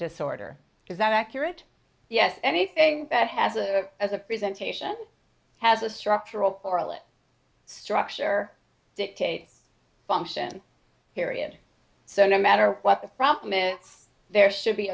disorder is that accurate yes anything that has a as a present patient has a structural correlate structure that kate function period so no matter what the problem is there should be